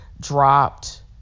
dropped